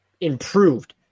improved